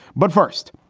but first,